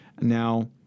now